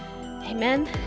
Amen